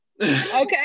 Okay